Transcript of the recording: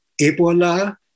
Ebola